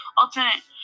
alternate